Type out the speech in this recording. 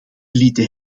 lieten